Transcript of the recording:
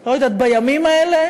לא יודעת, בימים האלה